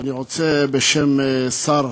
אני רוצה, בשם שר